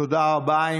תודה רבה.